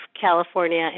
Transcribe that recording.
California